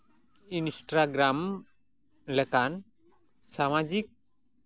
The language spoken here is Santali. ᱤᱱᱥᱴᱟᱜᱨᱟᱢ ᱞᱮᱠᱟᱱ ᱥᱟᱢᱟᱡᱤᱠ